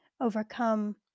overcome